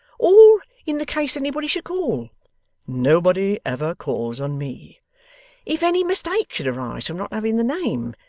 or in the case anybody should call nobody ever calls on me if any mistake should arise from not having the name,